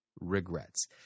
regrets